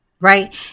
right